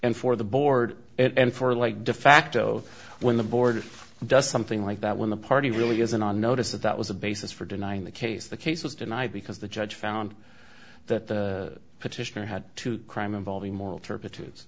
and for the board and for like defacto when the board does something like that when the party really isn't on notice that that was a basis for denying the case the case was denied because the judge found that the petitioner had to crime involving moral turp